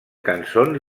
cançons